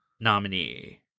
nominee